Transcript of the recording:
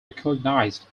recognized